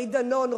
מרית דנון,